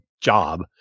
job